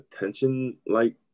attention-like